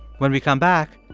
when we come back,